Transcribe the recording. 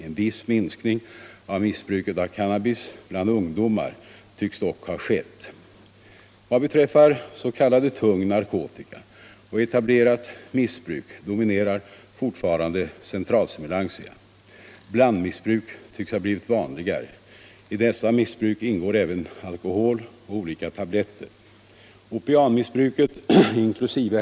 En viss minskning av missbruket av cannabis bland ungdomar tycks dock ha skett. Vad beträffar s.k. tung narkotika och etablerat missbruk dominerar fortfarande centralstimulantia. Blandmissbruk tycks ha blivit vanligare. I detta missbruk ingår även alkohol och olika tabletter. Opiatmissbruket inkl.